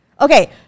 Okay